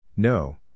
No